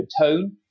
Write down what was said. tone